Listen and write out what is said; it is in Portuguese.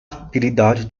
habilidade